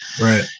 Right